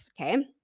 okay